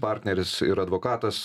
partneris ir advokatas